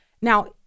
Now